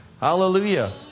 Hallelujah